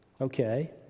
okay